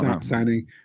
signing